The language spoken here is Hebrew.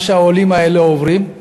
מה שהעולים האלה עוברים,